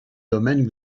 domaines